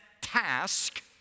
task